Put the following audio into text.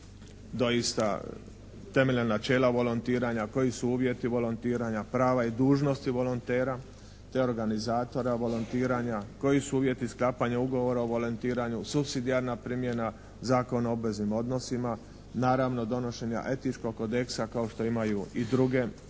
doista temeljna načela volontira, koji su uvjeti volontiranja, prava i dužnosti volontera te organizatora volontiranja, koji su uvjeti sklapanja ugovora o volontiranju, supsidijarna primjena Zakona o obveznim odnosima, naravno donošenja etičkog kodeksa kao što imaju i druge udruge